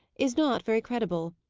is not very credible.